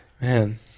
man